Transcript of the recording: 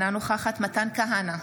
אינה נוכחת מתן כהנא,